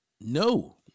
No